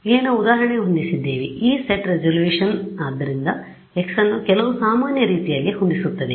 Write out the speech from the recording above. ಆದ್ದರಿಂದ ಇಲ್ಲಿ ನಾವು ಉದಾಹರಣೆಗೆ ಹೊಂದಿಸಿದ್ದೇವೆ ಈ ಸೆಟ್ ರೆಸಲ್ಯೂಶನ್ ಆದ್ದರಿಂದ x ಅನ್ನು ಕೆಲವು ಸಾಮಾನ್ಯ ರೀತಿಯಲ್ಲಿ ಹೊಂದಿಸುತ್ತದೆ